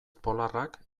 polarrak